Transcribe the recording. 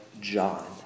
John